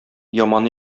яман